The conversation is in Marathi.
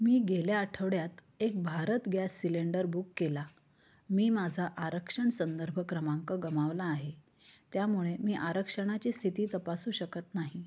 मी गेल्या आठवड्यात एक भारत ग्यॅस सिलेंडर बुक केला मी माझा आरक्षण संदर्भ क्रमांक गमावला आहे त्यामुळे मी आरक्षणाची स्थिती तपासू शकत नाही